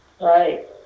Right